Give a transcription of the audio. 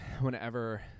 whenever